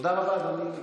תודה רבה, אדוני.